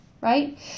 right